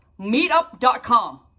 meetup.com